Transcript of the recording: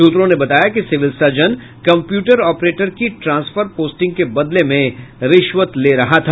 सूत्रों ने बताया कि सिविल सर्जन कंप्यूटर ऑपरेटर की ट्रांसफर पोस्टिंग के बदले में रिश्वत ले रहा था